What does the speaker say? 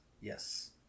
yes